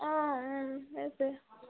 অঁ সেইটোৱেই